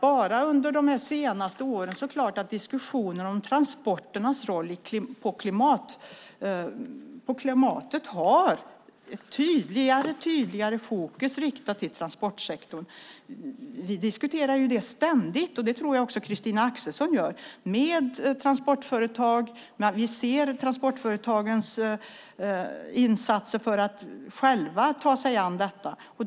Bara under de senaste åren har diskussionen om transporternas roll på klimatet fått ett tydligare fokus riktat till transportsektorn. Vi diskuterar det ständigt med transportföretag, och det tror jag också att Christina Axelsson gör. Vi ser transportföretagens insatser för att själva ta sig an frågorna.